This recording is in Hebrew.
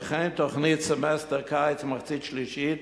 וכן תוכנית סמסטר קיץ "מחצית שלישית",